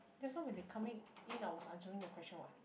just now when they were coming in I was answering the question what